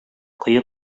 кое